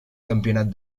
campionat